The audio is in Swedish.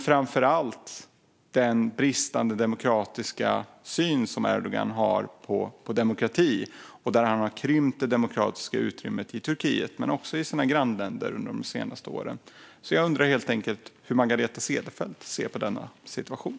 Framför allt har Erdogan med sin bristande demokratisyn krympt det demokratiska utrymmet i Turkiet och i sina grannländer under de senaste åren. Jag undrar helt enkelt hur Margareta Cederfelt ser på denna situation.